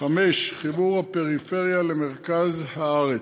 חיבור הפריפריה למרכז הארץ,